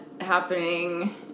happening